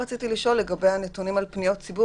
רציתי גם לשאול לגבי הנתונים על פניות ציבור.